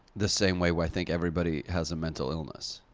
the same way way i think everybody has a mental illness,